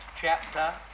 chapter